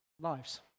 lives